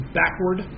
backward